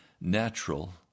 natural